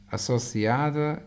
Associada